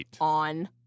on